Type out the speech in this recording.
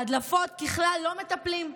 בהדלפות ככלל לא מטפלים.